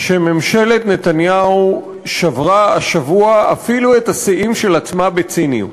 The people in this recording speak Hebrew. שממשלת נתניהו שברה השבוע אפילו את השיאים של עצמה בציניות.